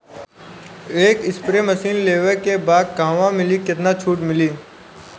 एक spray machine लेवे के बा कहवा मिली केतना छूट मिली?